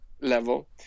level